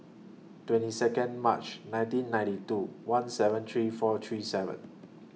twenty Second March nineteen ninety two one seven three four three seven